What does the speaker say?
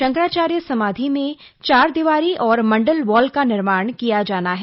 शंकराचार्य समाधि में चारदीवारी और मंडल वॉल का निर्माण किया जाना है